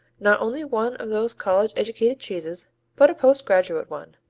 not only one of those college-educated cheeses but a postgraduate one,